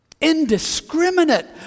Indiscriminate